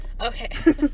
Okay